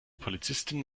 polizistin